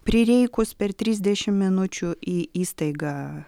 prireikus per trisdešimt minučių į įstaigą